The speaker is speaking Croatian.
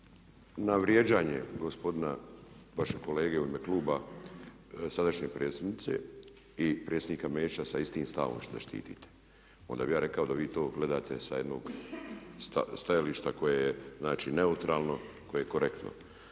na vrijeđanje gospodina vašeg kolege u ime kluba sadašnje predsjednice i predsjednika Mesića sa istim stavom da štitite onda bih ja rekao da vi to gledate sa jednog stajališta koje je znači neutralno, koje se korektno.